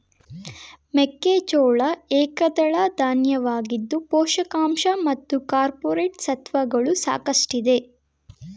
ಮೆಕ್ಕೆಜೋಳ ಏಕದಳ ಧಾನ್ಯವಾಗಿದ್ದು ಪೋಷಕಾಂಶ ಮತ್ತು ಕಾರ್ಪೋರೇಟ್ ಸತ್ವಗಳು ಸಾಕಷ್ಟಿದೆ